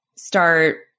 Start